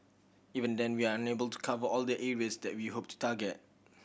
even then we are unable to cover all the areas that we hope to target